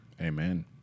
Amen